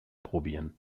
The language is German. probieren